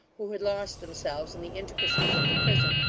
who had lost themselves in the intricacies of the prison,